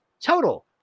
Total